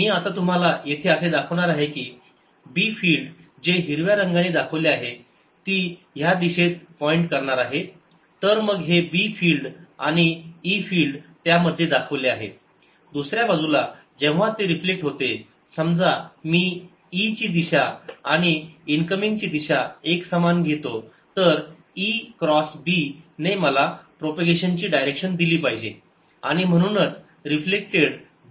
मी आता तुम्हाला येथे असे दाखवणार आहे की b फिल्ड जे हिरव्या रंगाने दाखवले आहे ती ह्या दिशेत पॉईंट करणार आहे